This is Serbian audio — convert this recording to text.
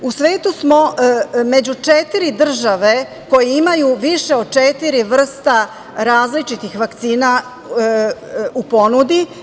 U svetu smo među četiri države koje imaju više od četiri vrsta različitih vakcina u ponudi.